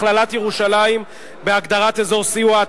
הכללת ירושלים בהגדרת אזור סיוע),